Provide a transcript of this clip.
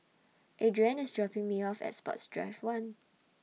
Adriane IS dropping Me off At Sports Drive one